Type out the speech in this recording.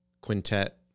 quintet